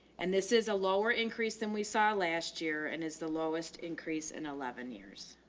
and this is a lower increase than we saw last year and is the lowest increase in eleven years.